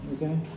Okay